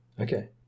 Okay